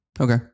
Okay